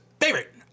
Favorite